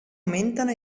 aumentano